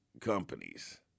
companies